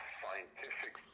scientific